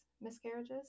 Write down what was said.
miscarriages